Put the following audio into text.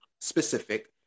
specific